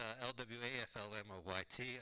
L-W-A-F-L-M-O-Y-T